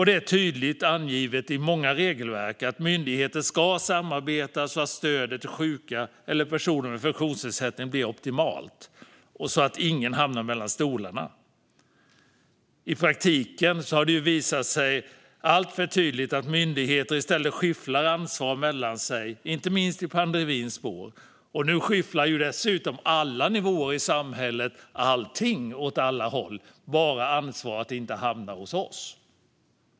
Det är tydligt angivet i många regelverk att myndigheter ska samarbeta så att stödet till sjuka eller personer med funktionsnedsättning blir optimalt och så att ingen hamnar mellan stolarna. I praktiken är det alltför tydligt att myndigheter i stället skyfflar ansvar mellan sig, inte minst i pandemins spår. Nu skyfflar dessutom alla nivåer i samhället allting åt alla håll: "Bara ansvaret inte hamnar hos oss!"